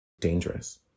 dangerous